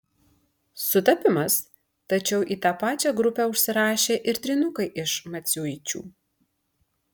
sutapimas tačiau į tą pačią grupę užsirašė ir trynukai iš maciuičių